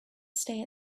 stay